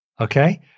okay